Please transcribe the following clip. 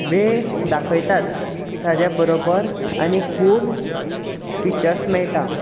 वेळ दाखयताच ताचे बरोबर आनी खूब फिचर्स मेळटा